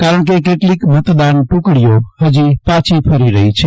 કારણ કે કેટલીક મતદાન ટુકડીઓ હજી પાછી ફરી રહી છે